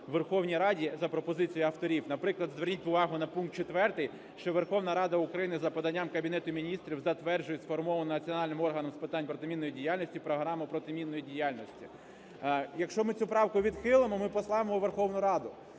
Верховній Раді за пропозицією авторів. Наприклад, зверніть увагу на пункт 4, що Верховна Рада України за поданням Кабінету Міністрів затверджує сформовану національним органом з питань протимінної діяльності програму протимінної діяльності. Якщо ми цю правку відхилимо, ми послабимо Верховну Раду.